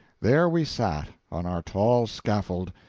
there we sat, on our tall scaffold,